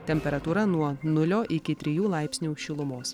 temperatūra nuo nulio iki trijų laipsnių šilumos